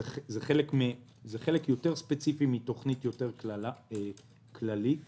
זה חלק יותר ספציפי מתכנית כללית יותר.